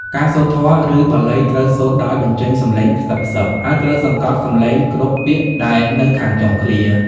ការសូត្រធម៌ ឬបាលីត្រូវសូត្រដោយបញ្ចេញសំឡេងខ្សឹបៗ ហើយត្រូវសង្កត់សំឡេងគ្រប់ពាក្យដែលនៅខាងចុងឃ្លា។